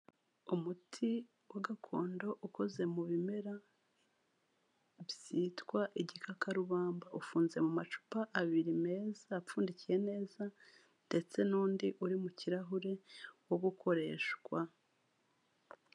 Umuti wa gakondo ukoze mu bimera byitwa igikakarubamba, ufunze mu macupa abiri meza apfundikiye neza ndetse n'undi uri mu kirahure wo gukoreshwa.